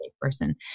person